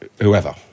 whoever